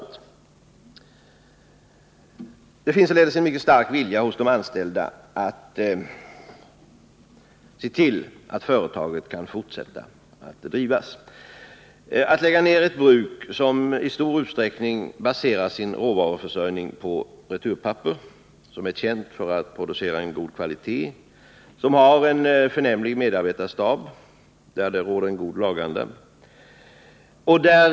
Det finns en mycket stark vilja hos de anställda att se till att företaget kan fortsätta driften. Det vore också skada att lägga ned ett bruk som i så stor utsträckning som detta baserar sin råvaruförsörjning på returpapper, som är känt för att producera papper av god kvalitet och som har en förnämlig medarbetarstab, där det råder en god laganda.